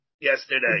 yesterday